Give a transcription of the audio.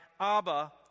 Abba